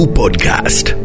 podcast